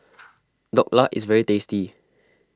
Dhokla is very tasty